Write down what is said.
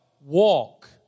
walk